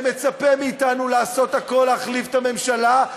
שמצפה מאיתנו לעשות הכול להחליף את הממשלה,